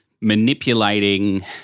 manipulating